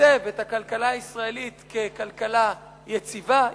מיצב את הכלכלה הישראלית ככלכלה יציבה,